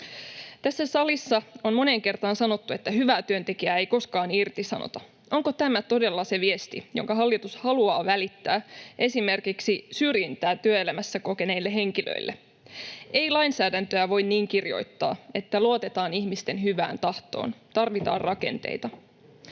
Tässä salissa on moneen kertaan sanottu, että hyvää työntekijää ei koskaan irtisanota. Onko tämä todella se viesti, jonka hallitus haluaa välittää esimerkiksi syrjintää työelämässä kokeneille henkilöille? Ei lainsäädäntöä voi kirjoittaa niin, että luotetaan ihmisten hyvään tahtoon. Tarvitaan rakenteita.